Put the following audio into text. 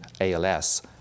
ALS